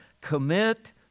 commit